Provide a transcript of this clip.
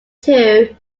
two